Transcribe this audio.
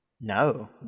No